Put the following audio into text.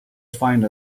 find